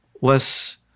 less